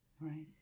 Right